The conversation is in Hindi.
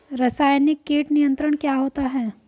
रसायनिक कीट नियंत्रण क्या होता है?